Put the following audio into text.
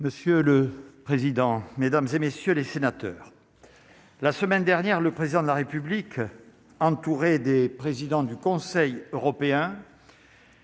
Monsieur le président, Mesdames et messieurs les sénateurs, la semaine dernière, le président de la République, entouré des présidents du Conseil européen.